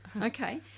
Okay